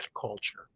culture